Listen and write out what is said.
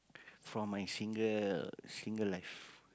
from my single single life